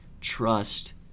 Trust